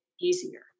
easier